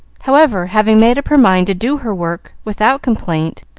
however, having made up her mind to do her work without complaint,